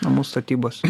namų statybos